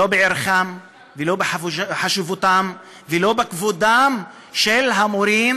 לא בערכם ולא בחשיבותם ולא בכבודם של המורים